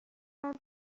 صندلی